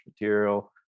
material